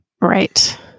Right